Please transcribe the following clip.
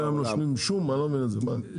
מה,